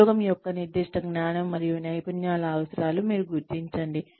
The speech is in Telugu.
ఉద్యోగం యొక్క నిర్దిష్ట జ్ఞానం మరియు నైపుణ్యాల అవసరాలు మీరు గుర్తించండి